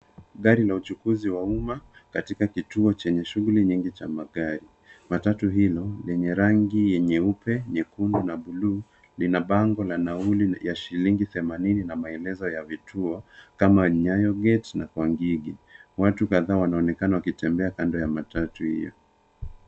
Gari la uchukuzi wa uma katika kituo chenye shughuli nyingi cha magari. Matatu hilo lenye rangi nyeupe, nyekundu, na blue , lina bango la nauli ya shilingi themanini na maelezo ya vituo, kama, Nyayo gate na kwa Ngigi. Watu kadhaa wanaonekana wakitembea kando ya matatu hio.